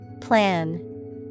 Plan